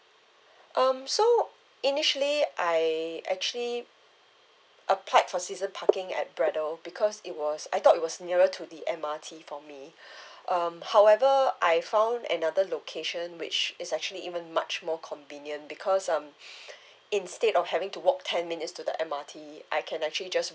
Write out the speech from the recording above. um so initially I actually applied for season parking at braddell because it was I thought it was nearer to the M_R_T for me um however I found another location which is actually even much more convenient because um instead of having to walk ten minutes to the M_R_T I can actually just